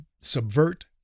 subvert